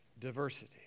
diversity